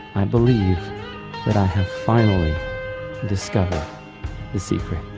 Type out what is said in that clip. i believe that i have finally discovered the secret